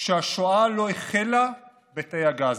שהשואה לא החלה בתאי הגזים,